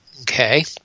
Okay